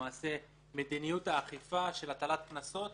למעשה זה מדיניות האכיפה של הטלת הקנסות